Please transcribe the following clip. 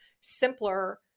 simpler